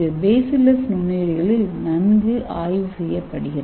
இது பேசிலஸ் நுண்ணுயிரிகளில் நன்கு ஆய்வு செய்யப்படுகிறது